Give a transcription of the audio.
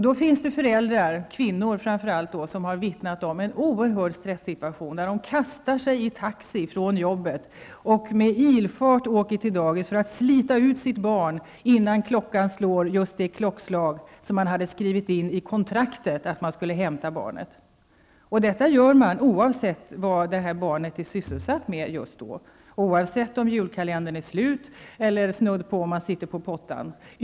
Det finns föräldrar, framför allt kvinnor, som har vittnat om oerhört stressade situationer, där de har fått kasta sig i en taxi från jobbet för att med ilfart åka till dagis och slita ut sitt barn före det klockslag som man i kontraktet har skrivit in för hämtning av barnet. Detta gör man också oavsett vad barnet är sysselsatt med just då -- oavsett om julkalendern är slut eller, snudd på, om barnet sitter på pottan.